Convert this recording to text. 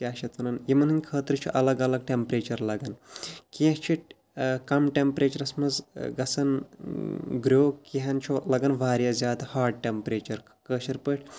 کیٛاہ چھِ اَتھ وَنان یِمَن ہِنٛدِ خٲطرٕ چھُ الگ الگ ٹٮ۪مپریچَر لَگان کیںٛہہ چھِ کَم ٹٮ۪مپریچَرَس منٛز گژھان گرٛو کینٛہَن چھُ لَگَن واریاہ زیادٕ ہاٹ ٹٮ۪مپریچَر کٲشِرۍ پٲٹھۍ